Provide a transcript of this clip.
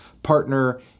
partner